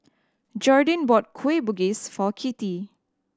Jordin bought Kueh Bugis for Kittie